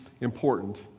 important